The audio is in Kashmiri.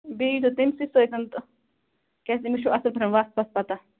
بیٚیہِ ییٖزیٚو تٔمۍسٕے سۭتٮ۪ن تہٕ کیٛازِ تٔمِس چھُ اَصٕل پٲٹھین وَتھ پتھ پتہٕ